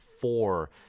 four